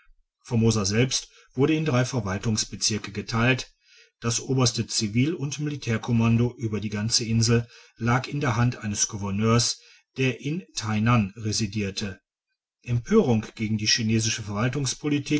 selbst wurde in drei verwaltungsbezirke geteilt das oberste civil und militärkommando über die ganze insel lag in der hand eines gouverneurs der in tainan residierte empörung gegen die